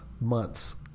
months